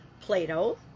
Plato